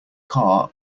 car